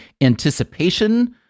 Anticipation